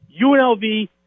UNLV